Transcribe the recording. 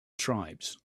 tribes